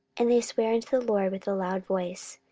and they sware unto the lord with a loud voice,